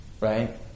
right